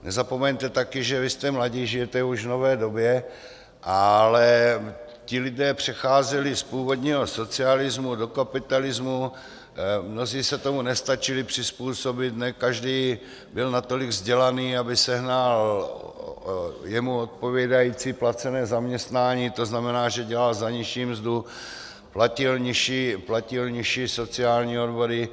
Nezapomeňte také, že vy jste mladí, žijete už v nové době, ale ti lidé přecházeli z původního socialismu do kapitalismu, mnozí se tomu nestačili přizpůsobit, ne každý byl natolik vzdělaný, aby sehnal jemu odpovídající placené zaměstnání, to znamená, že dělal za nižší mzdu, platil nižší sociální odvody.